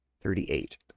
Thirty-eight